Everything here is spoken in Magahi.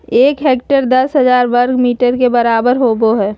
एक हेक्टेयर दस हजार वर्ग मीटर के बराबर होबो हइ